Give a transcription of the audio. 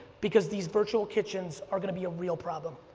because these virtual kitchens are going to be a real problem.